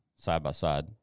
side-by-side